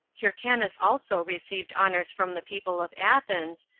hyrcanus also received honors from the people of athens,